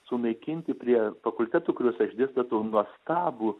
sunaikinti prie fakultetų kuriuose aš dėstau tą nuostabų